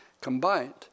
combined